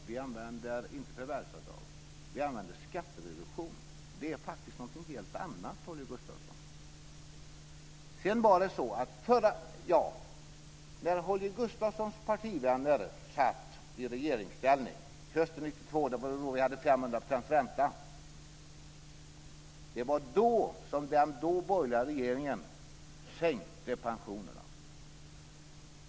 Fru talman! Vi använder inte förvärvsavdraget, vi använder skattereduktion, och det är faktiskt något helt annat, Holger Gustafsson. När Holger Gustafssons partivänner satt i regeringsställning hösten 1992, då vi hade 500 procents ränta, sänkte den borgerliga regeringen pensionerna.